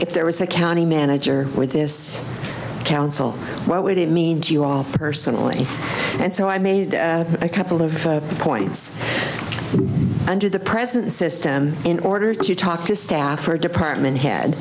if there was a county manager with this council what would it mean to you all personally and so i made a couple of points under the present system in order to talk to staff or department head